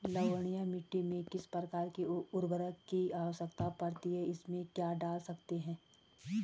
लवणीय मिट्टी में किस प्रकार के उर्वरक की आवश्यकता पड़ती है इसमें क्या डाल सकते हैं?